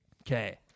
Okay